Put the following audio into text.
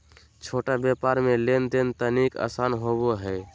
छोट व्यापार मे लेन देन तनिक आसान होवो हय